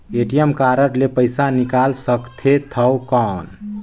ATM card ले पइसा निकाल सकथे थव कौन?